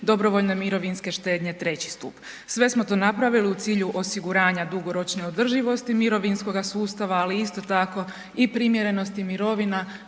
dobrovoljne mirovinske štednje III stup. Sve smo to napravili u cilju osiguranja dugoročne održivosti mirovinskog sustav, ali isto tako i primjerenosti mirovina